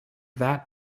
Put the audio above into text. that